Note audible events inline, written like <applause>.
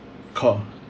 <noise>